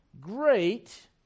Great